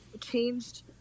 changed